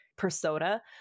persona